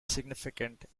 significant